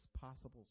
possible